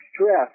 stress